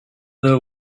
there